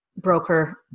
broker